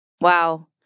Wow